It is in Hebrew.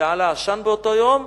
ועלה עשן באותו יום,